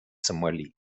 сомали